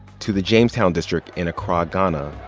to the jamestown district in accra, ghana.